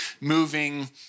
moving